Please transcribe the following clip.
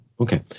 okay